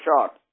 shot